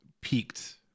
peaked